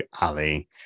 Ali